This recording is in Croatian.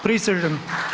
Prisežem.